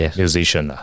musician